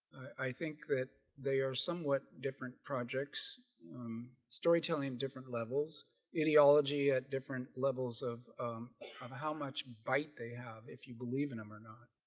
i think that they are somewhat different projects storytelling different levels ideology at different levels of of how much bite they have if you believe in him or not,